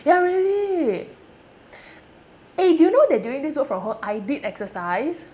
ya really eh do you know that during this work from home I did exercise